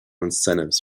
incentives